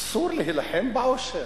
אסור להילחם בעושר.